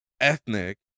ethnic